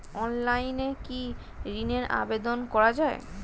অনলাইনে কি ঋণের আবেদন করা যায়?